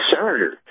Senator